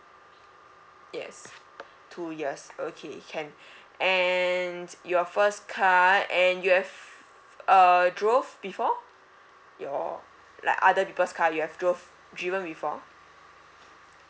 yes two years okay can and your first car and you have uh drove before your like other people's car you have drove driven before